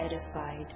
edified